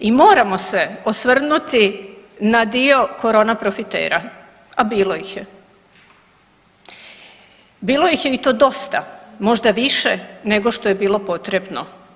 I moramo se osvrnuti na dio korona profitera, a bilo ih je, bilo ih i to dosta možda više nego što je bilo potrebno.